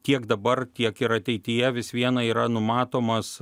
tiek dabar tiek ir ateityje vis viena yra numatomas